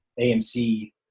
AMC